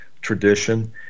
tradition